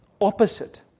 opposite